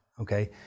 okay